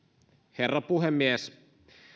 herra puhemies